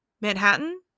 manhattan